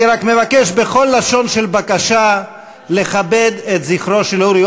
אני רק מבקש בכל לשון של בקשה לכבד את זכרו של אורי